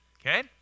okay